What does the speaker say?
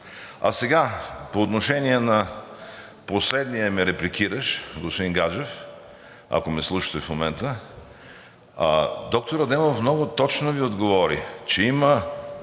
А сега по отношение на последния ме репликиращ – господин Гаджев, ако ме слушате в момента. Доктор Адемов много точно Ви отговори, че има